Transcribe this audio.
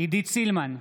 עידית סילמן,